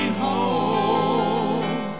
home